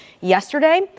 yesterday